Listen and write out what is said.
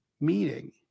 meeting